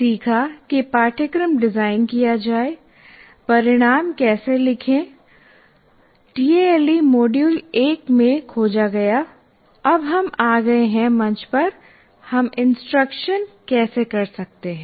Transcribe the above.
सीखा कि पाठ्यक्रम डिजाइन किया जाए परिणाम कैसे लिखें टीएएलई मॉड्यूल 1 में खोजा गया अब हम आ गए हैं मंच पर हम इंस्ट्रक्शन कैसे कर सकते हैं